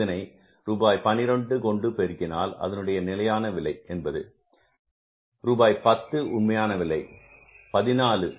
இதனை ரூபாய் 12 கொண்டு பெருக்கினால் அதனுடைய நிலையான விலை என்பது ரூபாய் 10 உண்மையான விலை 14